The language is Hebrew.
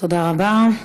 תודה רבה.